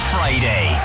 Friday